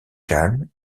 calme